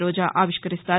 రోజా ఆవిష్కరిస్తారు